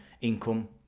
income